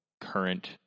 current